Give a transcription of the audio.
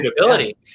ability